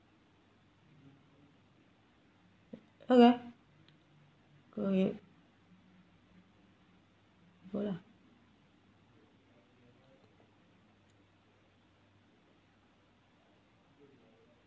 okay go ahead go lah